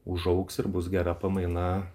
užaugs ir bus gera pamaina